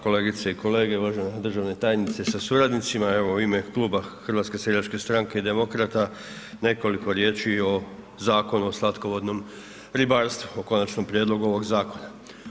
Kolegice i kolege, uvažena državna tajnice sa suradnicima, evo u ime Kluba HSS i Demokrata nekoliko riječi i o Zakonu o slatkovodnom ribarstvu, o konačnom prijedlogu ovog zakona.